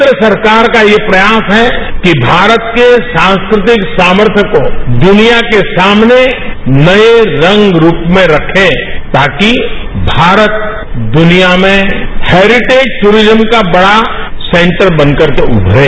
केन्द्र सरकार का ये प्रयास है कि भारत के सांस्कृतिक सामार्थय को दुनिया के सामने नये रंग रूप में रखे ताकि भारत दुनिया में हेरिटेज द्ररिज्म का बड़ा सेंटर बनकर के उमरे